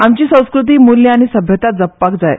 आमची संस्कूती मूल्ल्या आनी सभ्यता जपपाक जाय